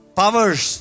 powers